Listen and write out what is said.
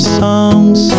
songs